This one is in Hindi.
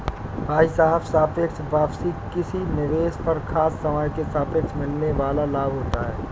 भाई साहब सापेक्ष वापसी किसी निवेश पर खास समय के सापेक्ष मिलने वाल लाभ होता है